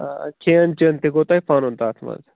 کھٮ۪ن چٮ۪ن تہِ گوٚو تۄہہِ پنُن تَتھ منٛز